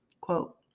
quote